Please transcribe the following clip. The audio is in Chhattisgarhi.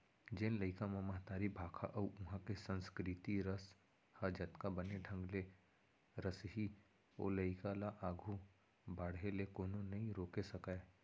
जेन लइका म महतारी भाखा अउ उहॉं के संस्कृति रस ह जतका बने ढंग ले रसही ओ लइका ल आघू बाढ़े ले कोनो नइ रोके सकयँ